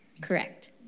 correct